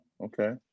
Okay